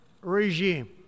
regime